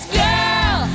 girl